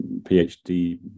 PhD